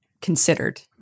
considered